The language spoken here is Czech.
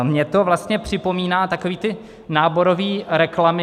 Mně to vlastně připomíná takové ty náborové reklamy.